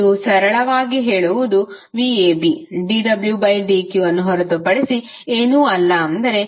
ನೀವು ಸರಳವಾಗಿ ಹೇಳುವುದು vab dw dq ಅನ್ನು ಹೊರತುಪಡಿಸಿ ಏನೂ ಅಲ್ಲ ಅಂದರೆ